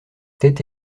tête